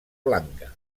blanca